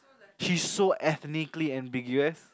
she's so ethnically ambiguous